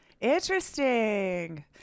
Interesting